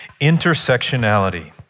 intersectionality